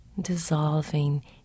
Dissolving